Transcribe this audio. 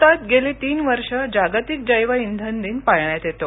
भारतात गेली तीन वर्ष जागतिक जैवइंधन दिन पाळण्यात येतो